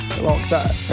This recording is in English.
alongside